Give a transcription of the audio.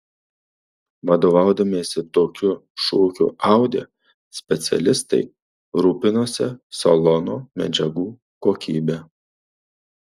vadovaudamiesi tokiu šūkiu audi specialistai rūpinosi salono medžiagų kokybe